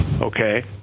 okay